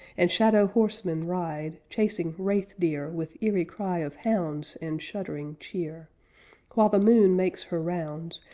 and shadow-horsemen ride, chasing wraith-deer with eery cry of hounds and shuddering cheer while the moon makes her rounds,